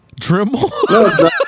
Dremel